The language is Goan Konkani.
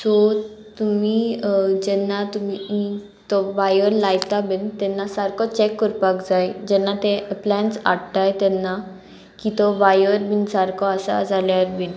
सो तुमी जेन्ना तुमी तो वायर लायता बीन तेन्ना सारको चॅक करपाक जाय जेन्ना ते प्लॅन्स हाडटाय तेन्ना की तो वायर बीन सारको आसा जाल्यार बीन